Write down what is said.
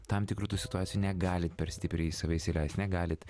tam tikrų tų situacijų negalit per stipriai į save įsileist negalit